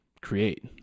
create